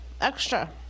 extra